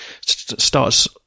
starts